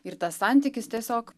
ir tas santykis tiesiog